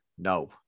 No